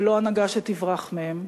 ולא הנהגה שתברח מהן.